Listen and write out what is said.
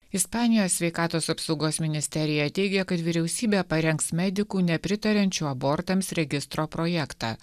ispanijos sveikatos apsaugos ministerija teigė kad vyriausybė parengs medikų nepritariančių abortams registro projektą